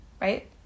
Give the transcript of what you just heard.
Right